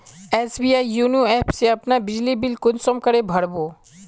SBI YONO app से अपना बिजली बिल कुंसम करे भर बो?